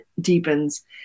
deepens